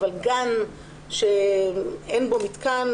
אבל גן שאין בו מתקן,